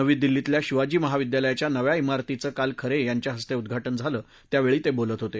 नवी दिल्लीतल्या शिवाजी महाविद्यालयाच्या नव्या ीरतीचं काल खरे यांच्या हस्ते उद्घा ि झालं त्यावेळी ते बोलत होते